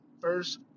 first